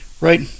right